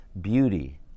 beauty